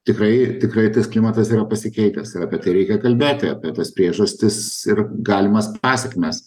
tikrai tikrai tas klimatas yra pasikeitęs ir apie tai reikia kalbėti apie tas priežastis ir galimas pasekmes